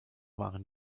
waren